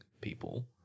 people